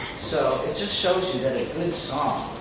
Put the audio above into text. so, it just shows you that a good song